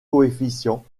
coefficients